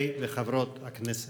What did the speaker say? למען אחי ורעי אדברה נא שלום בך.